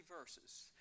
verses